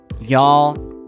Y'all